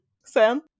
Sam